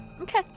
Okay